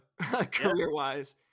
career-wise